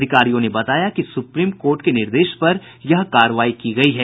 अधिकारियों ने बताया कि सुप्रीम कोर्ट के निर्देश पर यह कार्रवाई की गयी है